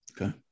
Okay